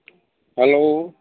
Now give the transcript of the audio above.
hello